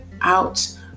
out